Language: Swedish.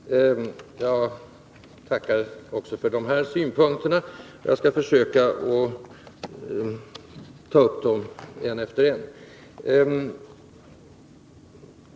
Herr talman! Jag tackar också för de här synpunkterna, och jag skall försöka att ta upp dem en efter en.